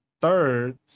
Third